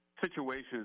situations